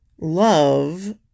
love